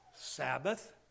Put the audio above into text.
Sabbath